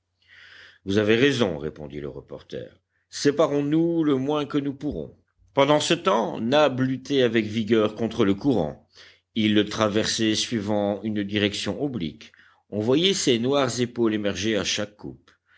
vous avez raison répondit le reporter séparons-nous le moins que nous pourrons pendant ce temps nab luttait avec vigueur contre le courant il le traversait suivant une direction oblique on voyait ses noires épaules émerger à chaque coupe